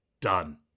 done